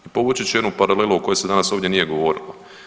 Povući ću jednu paralelu o kojoj se danas ovdje nije govorilo.